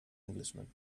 englishman